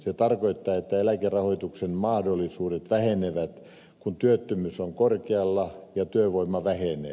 se tarkoittaa että eläkerahoituksen mahdollisuudet vähenevät kun työttömyys on korkealla ja työvoima vähenee